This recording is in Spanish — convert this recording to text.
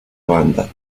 banda